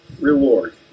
reward